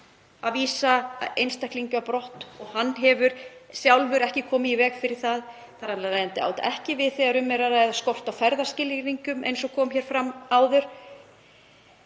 að vísa einstaklingi á brott og hann hefur sjálfur ekki komið í veg fyrir það. Þar af leiðandi á þetta ekki við um það þegar um er að ræða skort á ferðaskilríkjum, eins og kom hér fram áður.